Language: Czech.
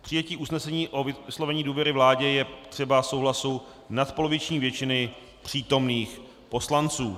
K přijetí usnesení o vyslovení důvěry vládě je třeba souhlasu nadpoloviční většiny přítomných poslanců.